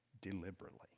deliberately